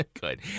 Good